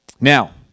Now